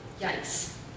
Yikes